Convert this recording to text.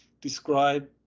describe